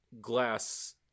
Glass